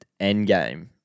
Endgame